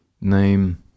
name